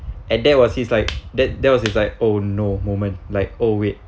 and that was he's like that that was it's like oh no moment like oh wait